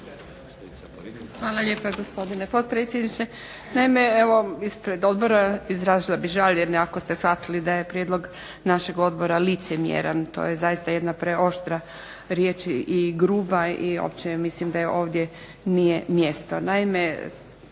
Hvala lijepa gospodine